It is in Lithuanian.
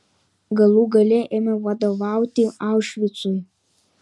galų gale ėmė vadovauti aušvicui